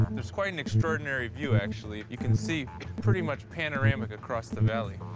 there's quite an extraordinary view, actually. you can see pretty much panoramic across the valley.